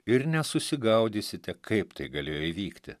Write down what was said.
ir nesusigaudysite kaip tai galėjo įvykti